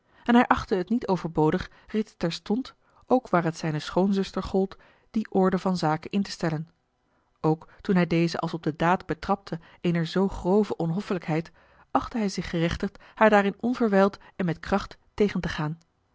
en hij achtte het niet overbodig reeds terstond ook waar het zijne schoonzuster gold die orde van zaken in te stellen ook toen hij deze als op de daad betrapte eener zoo grove onhoffelijkheid a l g bosboom-toussaint de delftsche wonderdokter eel achtte hij zich gerechtigd haar daarin onverwijld en met kracht tegen te gaan